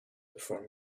before